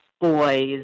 boys